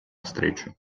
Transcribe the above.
встречу